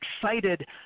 excited